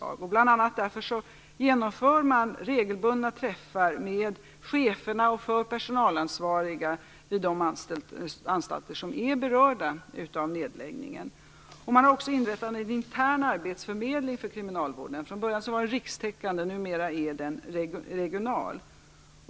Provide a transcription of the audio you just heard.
Man genomför bl.a. därför regelbundna träffar med cheferna och personalansvariga vid de anstalter som är berörda av nedläggningen. Man har också inrättat en intern arbetsförmedling för kriminalvården. Från början var den rikstäckande; numera är den regional.